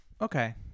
Okay